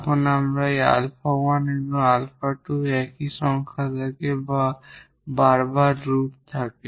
যখন আমাদের 𝛼1 এবং 𝛼2 একই সংখ্যা থাকে বা আমাদের বারবার রুট থাকে